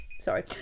sorry